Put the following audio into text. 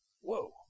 Whoa